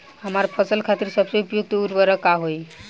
हमार फसल खातिर सबसे उपयुक्त उर्वरक का होई?